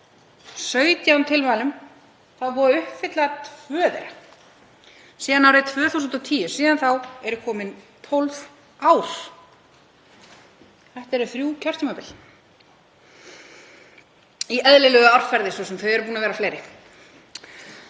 17 tilmælum er búið að uppfylla tvenn síðan árið 2010. Síðan þá eru komin 12 ár. Þetta eru þrjú kjörtímabil, í eðlilegu árferði svo sem, þau eru búin að vera fleiri.